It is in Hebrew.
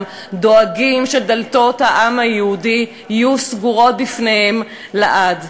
דואגים שדלתות העם היהודי יהיו סגורות בפניהם לעד.